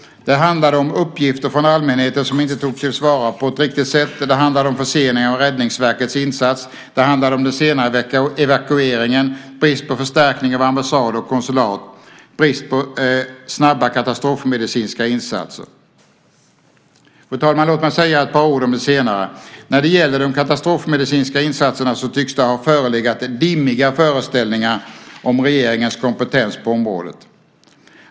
Det handlade om uppgifter från allmänheten som inte togs till vara på ett riktigt sätt, det handlade om försening av Räddningsverkets insats, det handlade om den sena evakueringen, brist på förstärkning av ambassad och konsulat och brist på snabba katastrofmedicinska insatser. Fru talman! Låt mig säga ett par ord om det senare. När det gäller de katastrofmedicinska insatserna tycks det ha förelegat dimmiga föreställningar om regeringens kompetens på området.